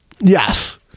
Yes